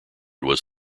was